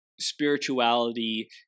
spirituality